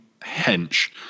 hench